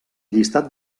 llistat